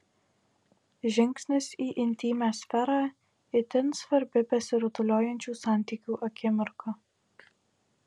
žingsnis į intymią sferą itin svarbi besirutuliojančių santykių akimirka